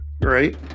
right